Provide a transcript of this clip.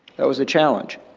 that was the challenge?